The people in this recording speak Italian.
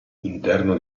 interno